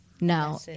No